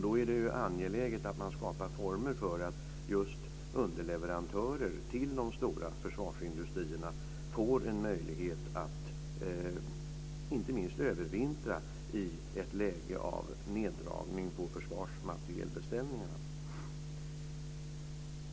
Då är det angeläget att man skapar former för att just underleverantörer till de stora försvarsindustrierna får en möjlighet att inte minst övervintra i ett läge av neddragningar när det gäller försvarsmaterielbeställningarna.